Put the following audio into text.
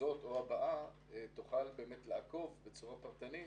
הזאת או הבאה תוכל לעקוב בצורה פרטנית